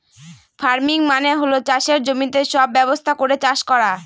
farming মানে হল চাষের জমিতে সব ব্যবস্থা করে চাষ করা